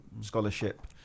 scholarship